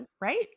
right